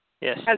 Yes